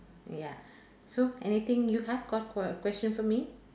ya so anything you have got qu~ question for me